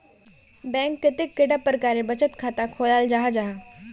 Bank कतेक कैडा प्रकारेर बचत खाता खोलाल जाहा जाहा?